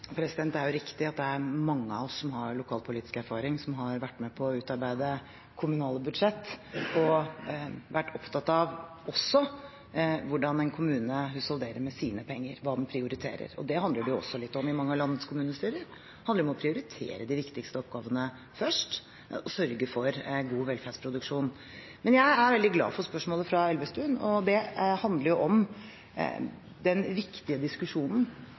Det er riktig at det er mange av oss som har lokalpolitisk erfaring, som har vært med på å utarbeide kommunale budsjett og også vært opptatt av hvordan en kommune husholderer med sine penger – hva den prioriterer. Det handler det også litt om i mange av landets kommunestyrer – det handler om å prioritere de viktigste oppgavene først og sørge for god velferdsproduksjon. Men jeg er veldig glad for spørsmålet fra Elvestuen – det handler om den viktige diskusjonen